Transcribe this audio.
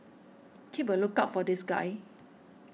keep a lookout for this guy